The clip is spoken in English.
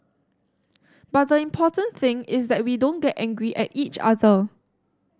but the important thing is that we don't get angry at each other